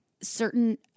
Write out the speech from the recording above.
certain